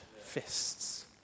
fists